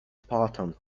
spartan